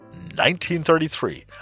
1933